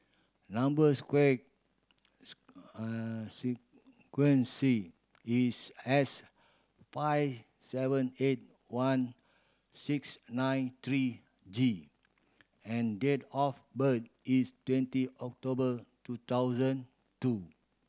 number square is S five seven eight one six nine three G and date of birth is twenty October two thousand two